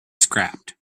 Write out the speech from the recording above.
scrapped